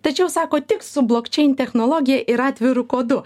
tačiau sako tik su blokčein technologija ir atviru kodu